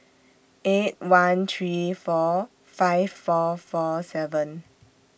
eight one three four five four four seven